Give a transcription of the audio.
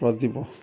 Pradeep